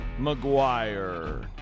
McGuire